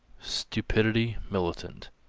stupidity militant.